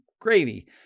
gravy